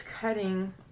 cutting